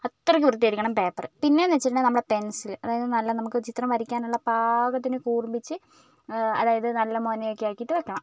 അത്രയ്ക്ക് വൃത്തിയായിരിക്കണം പേപ്പറ് പിന്നെന്നു വെച്ചിട്ടുണ്ടെങ്കിൽ നമ്മുടെ പെൻസിൽ അതായത് നല്ല നമുക്ക് ചിത്രം വരയ്ക്കാനുള്ള പാകത്തിന് കൂർപ്പിച്ച് അതാ അതായത് നല്ല മൊനയൊക്കെ ആക്കിയിട്ട് വെയ്ക്കണം